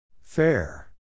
Fair